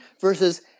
Versus